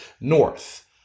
north